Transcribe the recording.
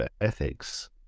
ethics